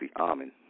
Amen